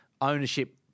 ownership